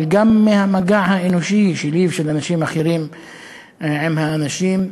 אבל גם מהמגע האנושי שלי ושל אנשים אחרים עם האנשים.